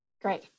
Great